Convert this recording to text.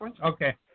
Okay